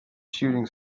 shooting